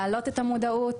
להעלות את המודעות,